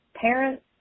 parents